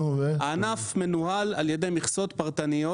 הענף מנוהל על ידי מכסות פרטניות.